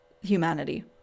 humanity